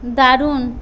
দারুণ